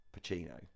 Pacino